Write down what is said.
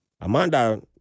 Amanda